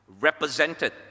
represented